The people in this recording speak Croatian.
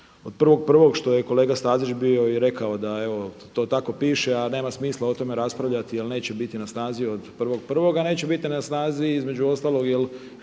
snazi od 1.1. što je kolega Stazić bio i rekao da evo to tako piše, a nema smisla o tome raspravljati jer neće biti na snazi od 1.1. Neće biti na snazi između ostalog